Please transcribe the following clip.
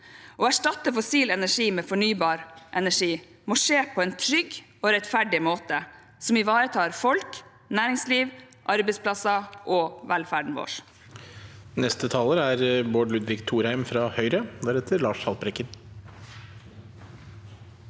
Å erstatte fossil energi med fornybar energi må skje på en trygg og rettferdig måte som ivaretar folk, næringsliv, arbeidsplasser og velferden vår.